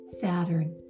Saturn